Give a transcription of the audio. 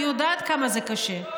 אני יודעת כמה זה קשה,